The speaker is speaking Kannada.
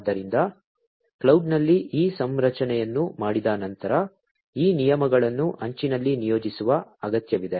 ಆದ್ದರಿಂದ ಕ್ಲೌಡ್ನಲ್ಲಿ ಈ ಸಂರಚನೆಯನ್ನು ಮಾಡಿದ ನಂತರ ಈ ನಿಯಮಗಳನ್ನು ಅಂಚಿನಲ್ಲಿ ನಿಯೋಜಿಸುವ ಅಗತ್ಯವಿದೆ